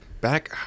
back